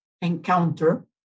encounter